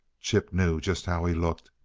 chip knew just how he looked.